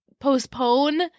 postpone